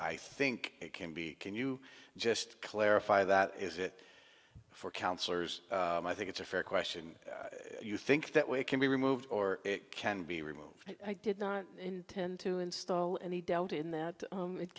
i think it can be can you just clarify that is it for councillors i think it's a fair question you think that way can be removed or it can be removed i did not intend to install any doubt in that